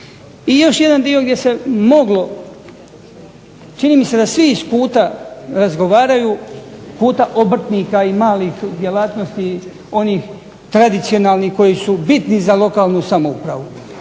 I još jedan dio gdje se moglo čini mi se da svi s puta razgovaraju puta obrtnika i malih djelatnosti onih tradicionalnih koji su bitni za lokalnu samoupravu.